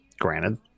Granted